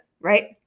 Right